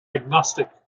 agnostic